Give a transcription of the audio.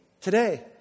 today